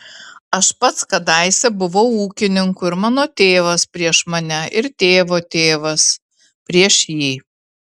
aš pats kadaise buvau ūkininku ir mano tėvas prieš mane ir tėvo tėvas prieš jį